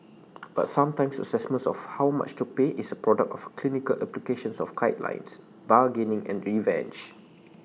but sometimes assessments of how much to pay is A product of A clinical applications of guidelines bargaining and revenge